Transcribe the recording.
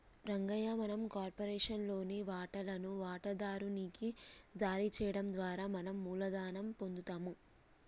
రంగయ్య మనం కార్పొరేషన్ లోని వాటాలను వాటాదారు నికి జారీ చేయడం ద్వారా మనం మూలధనం పొందుతాము